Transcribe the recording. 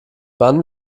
wann